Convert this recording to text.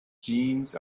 jeans